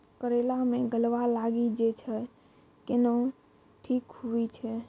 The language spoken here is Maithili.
करेला मे गलवा लागी जे छ कैनो ठीक हुई छै?